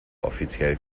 offiziell